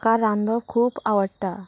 म्हाका रांदप खूब आवडटा